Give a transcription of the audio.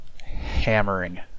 hammering